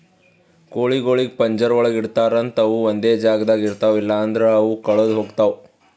ಕೋಳಿಗೊಳಿಗ್ ಪಂಜರ ಒಳಗ್ ಇಡ್ತಾರ್ ಅಂತ ಅವು ಒಂದೆ ಜಾಗದಾಗ ಇರ್ತಾವ ಇಲ್ಲಂದ್ರ ಅವು ಕಳದೆ ಹೋಗ್ತಾವ